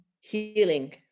healing